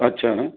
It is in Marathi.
अच्छा हां